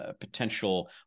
potential